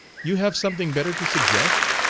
you have something better to suggest?